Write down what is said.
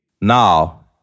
Now